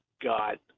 got